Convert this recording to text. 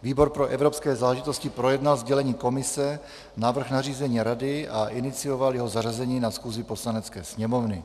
Výbor pro evropské záležitosti projednal sdělení Komise, návrh nařízení Rady a inicioval jeho zařazení na schůzi Poslanecké sněmovny.